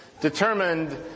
determined